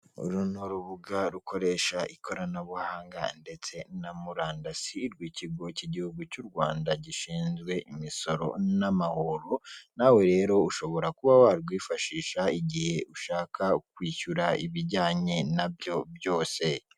Uru ni urubuga rukoresha ikoranabuhanga ndetse na murandasi, rw'ikigo k'igihugu cy'u rwanda gishinzwe imisoro n'amahoro nawe rero ushobora kuba warwifashisha igihe ushaka kwishyura ibijyanye nabyo byose.